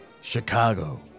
Chicago